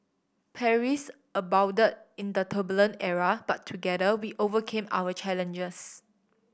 perils abounded in the turbulent era but together we overcame our challenges